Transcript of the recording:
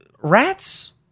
rats